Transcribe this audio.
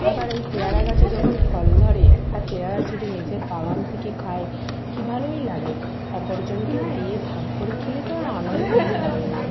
আবার ওই পেয়ারা গাছে যখন ফল ধরে একটি পেয়ারা যদি নিজের বাগান থেকে খাই কী ভালোই লাগে অপরজনকেও দিয়ে ভাগ করে খেলে তো আর আনন্দ ধরে না